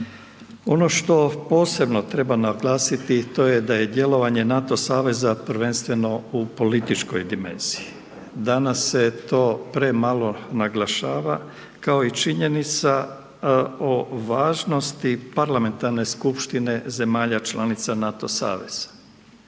Ono što posebno treba naglasiti to je da je djelovanje NATO saveza prvenstveno u političkoj dimenziji. Danas se to premalo naglašava, kao i činjenica o važnosti parlamentarne skupštine zemalja članica NATO saveza.